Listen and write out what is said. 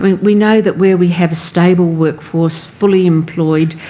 we know that where we have a stable workforce, fully employed,